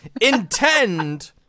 intend